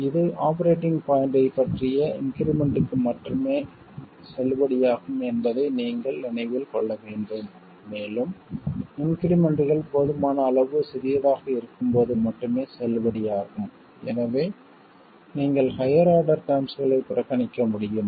இது ஆபரேட்டிங் பாய்ண்ட்டைப் பற்றிய இன்க்ரிமெண்ட்க்கு மட்டுமே செல்லுபடியாகும் என்பதை நீங்கள் நினைவில் கொள்ள வேண்டும் மேலும் இன்க்ரிமெண்ட்கள் போதுமான அளவு சிறியதாக இருக்கும்போது மட்டுமே செல்லுபடியாகும் எனவே நீங்கள் ஹையர் ஆர்டர் டெர்ம்ஸ்களை புறக்கணிக்க முடியும்